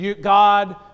God